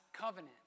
covenant